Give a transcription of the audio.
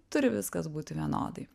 turi viskas būti vienodai